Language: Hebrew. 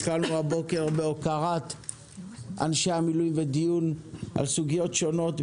התחלנו בהוקרה לאנשי המילואים ודיון על סוגיות שונות,